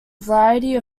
variety